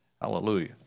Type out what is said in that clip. Hallelujah